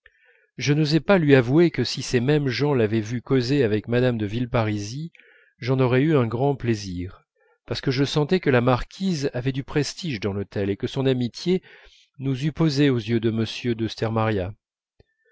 je n'osais pas lui avouer que si ces mêmes gens l'avaient vu causer avec mme de villeparisis j'en aurais eu un grand plaisir parce que je sentais que la marquise avait du prestige dans l'hôtel et que son amitié nous eût posés aux yeux de m de